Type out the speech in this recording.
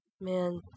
man